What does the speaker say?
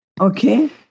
Okay